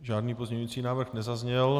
Žádný pozměňovací návrh nezazněl.